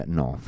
no